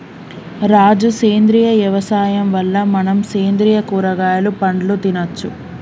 రాజు సేంద్రియ యవసాయం వల్ల మనం సేంద్రియ కూరగాయలు పండ్లు తినచ్చు